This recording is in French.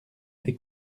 des